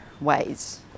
ways